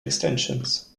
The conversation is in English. extensions